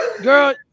girl